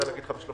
לבדוק את זה.